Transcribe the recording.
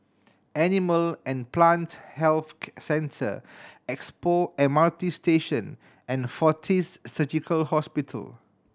Animal and Plant Health Centre Expo M R T Station and Fortis Surgical Hospital